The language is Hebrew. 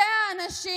אלה האנשים,